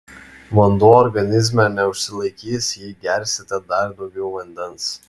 vanduo organizme neužsilaikys jei gersite dar daugiau vandens